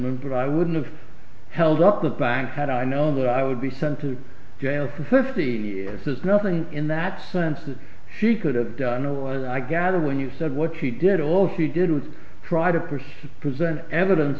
prison but i wouldn't of held up the bank had i known that i would be sent to jail for fifteen years there's nothing in that sense that she could have done know what i gather when you said what she did all she did was try to pursue present evidence